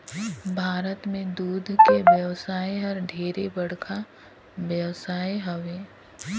भारत में दूद के बेवसाय हर ढेरे बड़खा बेवसाय हवे